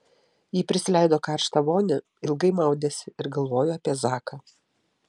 ji prisileido karštą vonią ilgai maudėsi ir galvojo apie zaką